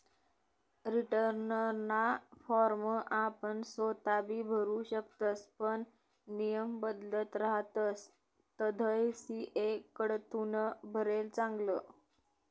रीटर्नना फॉर्म आपण सोताबी भरु शकतस पण नियम बदलत रहातस तधय सी.ए कडथून भरेल चांगलं